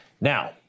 Now